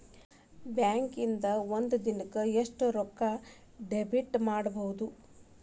ಬ್ಯಾಂಕಿಂದಾ ಒಂದಿನಕ್ಕ ಎಷ್ಟ್ ರೊಕ್ಕಾ ಡೆಬಿಟ್ ಮಾಡ್ಕೊಬಹುದು?